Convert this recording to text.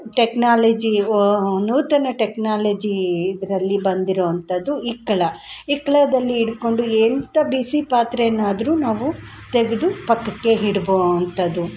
technology ವ ನೂತನ technology ಇದರಲ್ಲಿ ಬಂದಿರೋವಂಥದು ಇಕ್ಕಳ ಇಕ್ಕಳದಲ್ಲಿ ಹಿಡ್ಕೊಂಡು ಎಂಥ ಬಿಸಿ ಪಾತ್ರೆನಾದರೂ ನಾವು ತೆಗೆದು ಪಕ್ಕಕ್ಕೆ ಇಡ್ಬೋ ಅಂಥದು